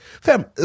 Fam